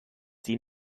sie